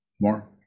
more